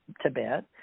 tibet